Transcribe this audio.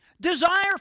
Desire